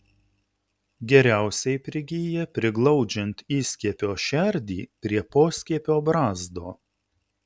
geriausiai prigyja priglaudžiant įskiepio šerdį prie poskiepio brazdo